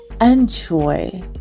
enjoy